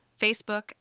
Facebook